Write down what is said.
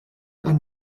ein